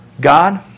God